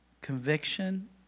Conviction